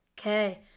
Okay